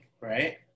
right